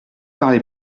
parler